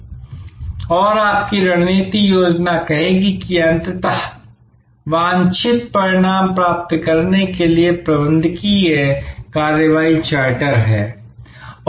और आपकी रणनीतिक योजना कहेगी कि अंततः वांछित परिणाम प्राप्त करने के लिए प्रबंधकीय कार्रवाई चार्टर है